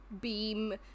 beam